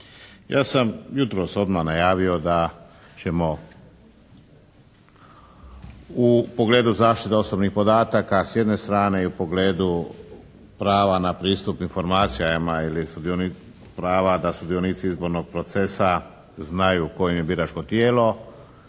Ja sam jutros odmah najavio da ćemo u pogledu zaštite osobnih podataka s jedne strane i u pogledu prava na pristup informacijama ili sudionik prava da sudionici izbornog procesa znaju koje biračko tijelo